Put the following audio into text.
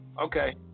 Okay